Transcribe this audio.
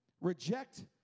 reject